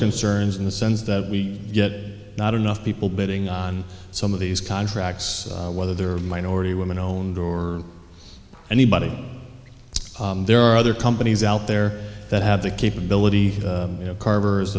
concerns in the sense that we get not enough people bidding on some of these contracts whether they are minority women owned or anybody so there are other companies out there that have the capability you know carver